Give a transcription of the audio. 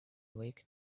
awake